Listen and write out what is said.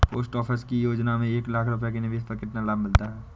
Post office की योजना में एक लाख रूपए के निवेश पर कितना लाभ मिलता है?